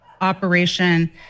operation